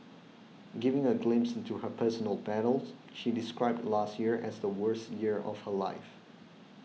giving a glimpse into her personal battles she described last year as the worst year of her life